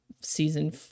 season